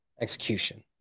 execution